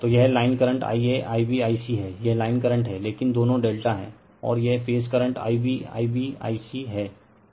तो यह line current I aIb I c है यह लाइन करंट हैं लेकिन दोनों ∆ हैं और ये फेज करंट IbIbIc हैं